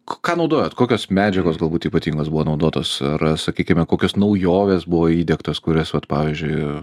ką naudojot kokios medžiagos galbūt ypatingos buvo naudotos ar sakykime kokios naujovės buvo įdiegtos kurias vat pavyzdžiui